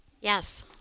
Yes